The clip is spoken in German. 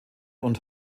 und